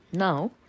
Now